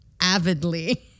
avidly